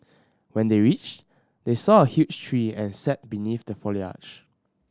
when they reached they saw a huge tree and sat beneath the foliage